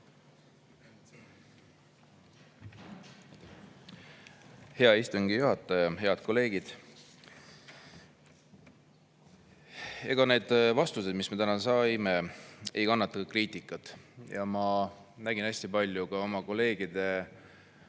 Hea istungi juhataja! Head kolleegid! Ega need vastused, mis me täna saime, ei kannata kriitikat. Ma nägin hästi palju ka oma kolleegide näoilmest,